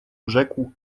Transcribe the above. rzekł